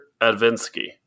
Advinsky